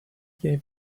gave